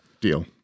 Deal